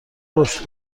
رشد